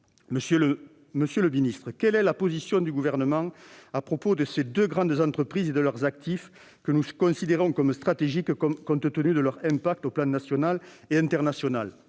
Monsieur le ministre, quelle est la position du Gouvernement au sujet de ces deux grandes entreprises et de leurs actifs, que nous considérons comme stratégiques, compte tenu de leur importance sur les plans national et international ?